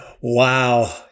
Wow